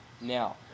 now